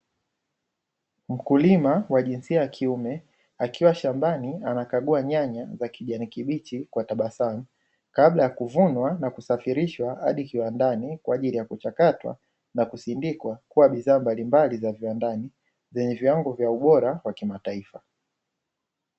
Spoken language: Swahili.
Mkulima wa jinsia ya kiume, akiwa shambani anakagua nyanya za kijani kibichi kwa tabasamu, kabla ya kuvunwa na kusafirishwa hadi kiwandani, kwa ajili ya kuchakatwa na kusindikwa, kuwa bidhaa mbalimbali za viwandani zenye viwango vya ubora wa kimataifa.